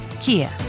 Kia